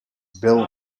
bill